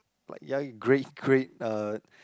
like ya grade grade uh